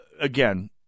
Again